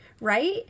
right